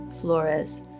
Flores